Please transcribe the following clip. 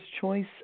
Choice